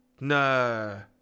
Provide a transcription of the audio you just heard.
No